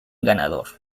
ganador